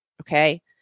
Okay